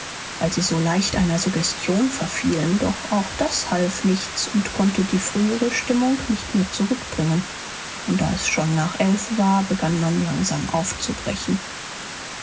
weil sie so leicht einer suggestion verfielen doch auch das half nichts und konnte die frühere stimmung nicht mehr zurückbringen und da es schon nach elf war begann man langsam aufzubrechen